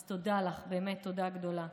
אז תודה לך, באמת תודה גדולה.